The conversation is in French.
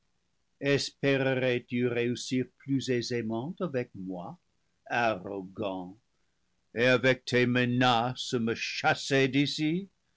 invaincus espérerais tu réussir plus aisément avec moi arrogant et avec tes menaces me chasser d'ici